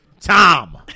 Tom